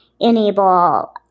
enable